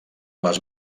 les